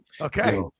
Okay